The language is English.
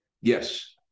Yes